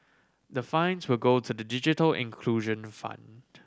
the fines will go to the digital inclusion fund